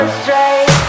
straight